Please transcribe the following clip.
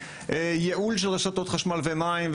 ייעול של רשתות חשמל ומים,